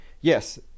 Yes